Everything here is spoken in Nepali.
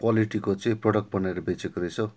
क्वालिटीको चाहिँ प्रडक्ट बनाएर बेचेको रहेछ हो